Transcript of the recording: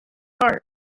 part